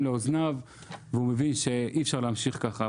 לאוזניו והוא מבין שאי אפשר להמשיך ככה.